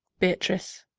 beatrice.